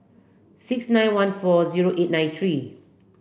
six nine one four zero eight nine three